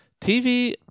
TV